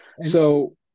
So-